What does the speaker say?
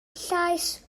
llais